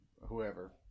whoever